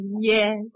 yes